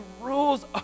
rules